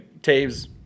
Taves